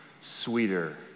sweeter